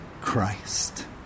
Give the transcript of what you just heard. Christ